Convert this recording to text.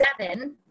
seven